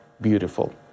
Beautiful